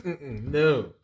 No